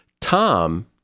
Tom